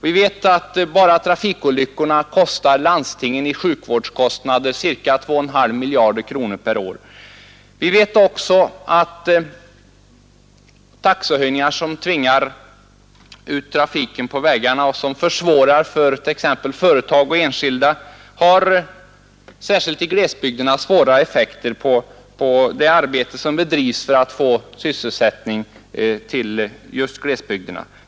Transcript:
Vi vet att enbart trafikolyckorna kostar landstingen i sjukvårdskostnader ca 2,5 miljarder kronor per år. Vi vet också att taxehöjningar som tvingar ut trafiken på vägarna har särskilt i glesbygderna negativa effekter på det arbete som bedrivs för att finna sysselsättning just till dessa områden.